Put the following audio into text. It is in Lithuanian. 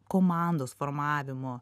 komandos formavimo